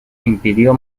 impidió